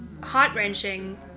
heart-wrenching